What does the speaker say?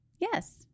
Yes